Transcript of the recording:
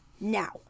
Now